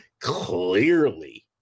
clearly